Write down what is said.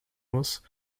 muss